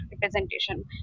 representation